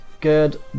Good